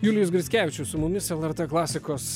julijus grickevičius su mumis lrt klasikos